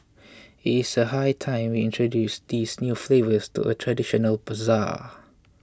it's a high time we introduce these new flavours to a traditional bazaar